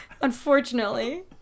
Unfortunately